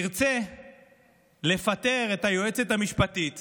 ירצה לפטר את היועצת המשפטית